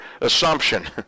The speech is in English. assumption